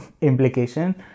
implication